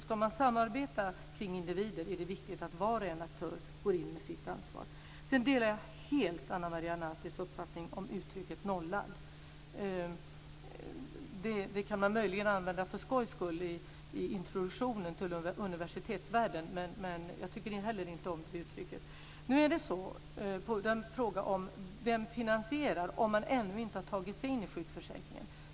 Ska man samarbeta kring individer är det viktigt att varje aktör går in med sitt ansvar. Sedan delar jag helt Ana Maria Nartis uppfattning som uttrycket "nollad". Det kan man möjligen använda för skojs skull i introduktionen till universitetsvärlden. Men jag tycker heller inte om det uttrycket. Jag fick frågan: Vem finansierar om man ännu inte har tagit sig in i sjukförsäkringen?